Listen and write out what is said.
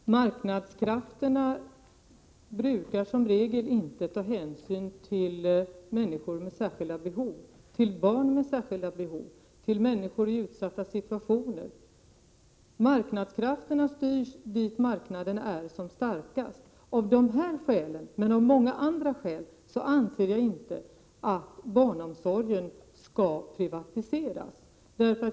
Fru talman! Marknadskrafterna brukar som regel inte ta hänsyn till människor med särskilda behov, till barn med särskilda behov, till människor i utsatta situationer. Marknadskrafterna styrs dit där marknaderna är som starkast. Av dessa skäl och av många andra skäl anser jag att barnomsorgen inte skall privatiseras.